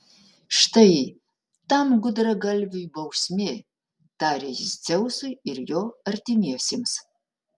štai tam gudragalviui bausmė tarė jis dzeusui ir jo artimiesiems